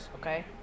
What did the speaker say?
okay